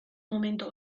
momento